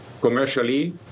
commercially